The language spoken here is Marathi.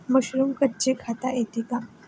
मशरूम कच्चे खाता येते का?